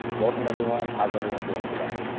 welcome everyone. how's everyone doing today?